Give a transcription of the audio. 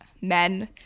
men